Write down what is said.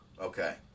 Okay